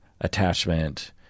attachment